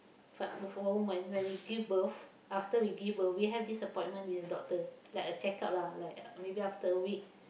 fa~ for women when we give birth after we give birth we have this appointment with the doctor like a check-up lah like maybe after a week